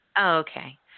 Okay